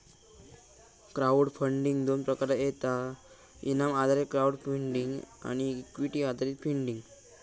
crowd funding दोन प्रकारात येता इनाम आधारित क्राउड फंडिंग आणि इक्विटी आधारित फंडिंग